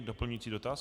Doplňující dotaz?